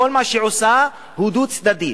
כל מה שהיא עושה הוא דו-צדדי.